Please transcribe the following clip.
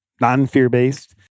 non-fear-based